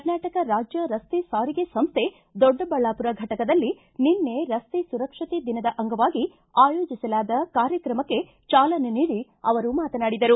ಕರ್ನಾಟಕ ರಾಜ್ಯ ರಸ್ತೆ ಸಾರಿಗೆ ಸಂಸ್ಥೆ ದೊಡ್ಡಬಳ್ಳಾಪುರ ಫಟಕದಲ್ಲಿ ನಿನ್ನೆ ರಸ್ತೆ ಸುರಕ್ಷತೆ ದಿನದ ಅಂಗವಾಗಿ ಆಯೋಜಿಸಲಾದ ಕಾರ್ಯಕ್ರಮಕ್ಕೆ ಚಾಲನೆ ನೀಡಿ ಅವರು ಮಾತನಾಡಿದರು